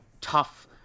tough